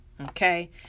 Okay